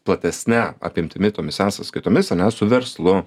platesne apimtimi tomis e sąskaitomis ar ne su verslu